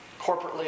corporately